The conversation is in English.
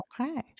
Okay